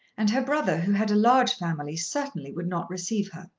and her brother, who had a large family, certainly would not receive her.